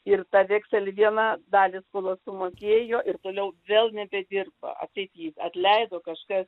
ir tą vekselį dieną dalį skolos sumokėjo ir toliau vėl nebedirba ar tai jį atleido kažkas